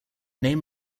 name